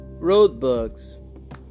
Roadbugs